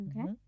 Okay